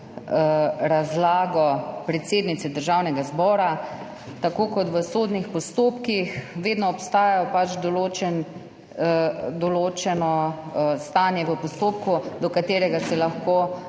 razlago predsednice Državnega zbora. Tako kot v sodnih postopkih vedno obstaja določeno stanje v postopku, do katerega se lahko